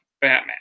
Batman